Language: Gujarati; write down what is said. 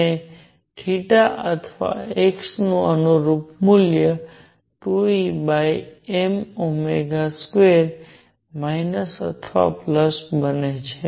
અને તે અથવા x નું અનુરૂપ મૂલ્ય 2Em2 માઇનસ અથવા પ્લસ બને છે